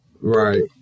Right